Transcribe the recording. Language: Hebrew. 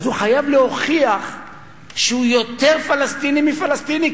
אז הוא חייב להוכיח שהוא יותר פלסטיני מפלסטיני,